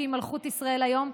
שהיא מלכות ישראל היום,